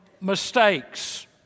mistakes